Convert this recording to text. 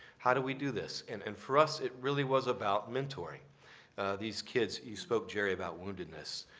how do we do this? and and for us, it really was about mentoring these kids. you spoke, jerry, about woundedness.